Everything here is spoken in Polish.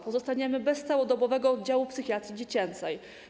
Pozostaniemy bez całodobowego oddziału psychiatrii dziecięcej.